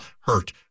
hurt